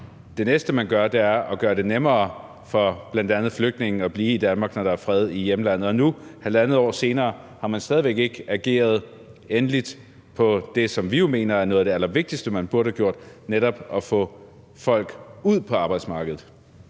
Det næste, man gør, er at gøre det nemmere for bl.a. flygtninge at blive i Danmark, når der er fred i hjemlandet, og nu, halvandet år senere, har man stadig væk ikke ageret endeligt på det, som vi jo mener er noget af det allervigtigste man burde have gjort: netop at få folk ud på arbejdsmarkedet.